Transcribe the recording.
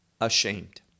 ashamed